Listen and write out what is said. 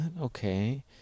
okay